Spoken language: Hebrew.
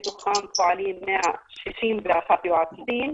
בתוכם פועלים 161 יועצים.